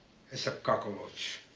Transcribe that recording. is a cockroach.